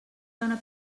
dona